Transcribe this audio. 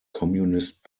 communist